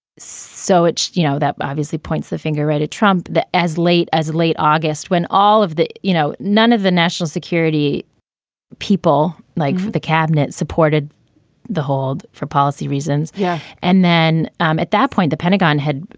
so it's you know, that obviously points the finger right. at trump that as late as late august when all of the you know, none of the national security people like the cabinet supported the hold for policy reasons. yeah. and then um at that point, the pentagon had,